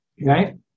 right